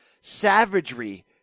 savagery